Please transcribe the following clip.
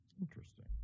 interesting